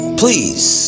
please